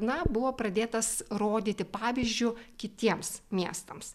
na buvo pradėtas rodyti pavyzdžiu kitiems miestams